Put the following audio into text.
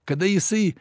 kada jisai